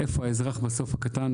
איפה האזרח הקטן?